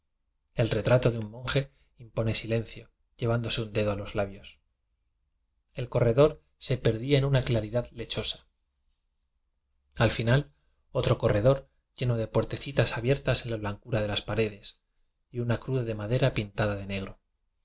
el retrato de un monje impone silencio llevándose un dedo a los labios el corredor se perdía en una claridad le chosa al final otro corredor lleno de pueríecitas abiertas en la blancura de las paredes y una cruz de madera pintada de negro